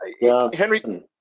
Henry